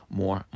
more